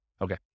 Okay